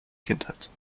kindheit